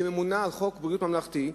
שממונה על חוק ביטוח בריאות ממלכתי,